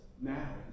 now